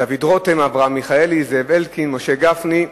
דוד רותם, אברהם מיכאלי, זאב אלקין ומשה גפני.